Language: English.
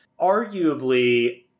Arguably